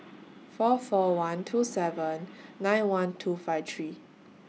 four four one two seven nine one two five three